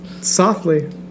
Softly